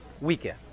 weekend